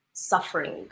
suffering